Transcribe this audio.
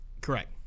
Correct